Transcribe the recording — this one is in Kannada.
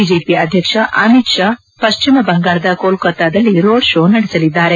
ಬಿಜೆಪಿ ಅಧ್ಯಕ್ಷ ಅಮಿತ್ ಷಾ ಪಶ್ಚಿವಬಂಗಾಳದ ಕೋಲ್ಕತ್ತಾದಲ್ಲಿ ರೋಡ್ ಷೋ ನಡೆಸಲಿದ್ದಾರೆ